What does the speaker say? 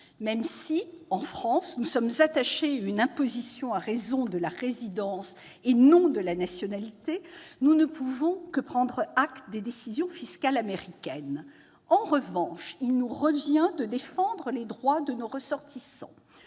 Même si, en France, nous sommes attachés à une imposition à raison de la résidence, et non de la nationalité, nous ne pouvons que prendre acte des décisions fiscales américaines. En revanche, il nous revient de défendre les droits de nos ressortissants.